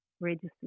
register